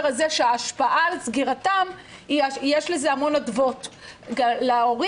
הזה שההשפעה על סגירתם יש לזה המון השפעות - להורים,